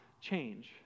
change